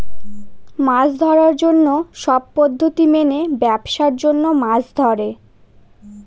মাছ ধরার জন্য সব পদ্ধতি মেনে ব্যাবসার জন্য মাছ ধরে